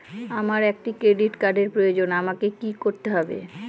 আমার একটি ক্রেডিট কার্ডের প্রয়োজন আমাকে কি করতে হবে?